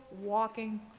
walking